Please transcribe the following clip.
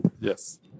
Yes